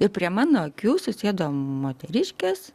ir prie mano akių susėdo moteriškės